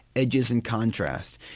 edges and contrast.